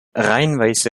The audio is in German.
reihenweise